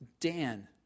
Dan